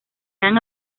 han